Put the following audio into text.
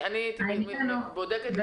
אני במקומך הייתי בודקת לפני הדיון.